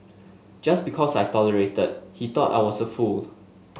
just because I tolerated he thought I was a fool